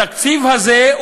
בתקציב הזה,